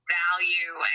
value